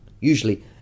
usually